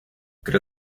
creo